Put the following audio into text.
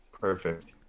perfect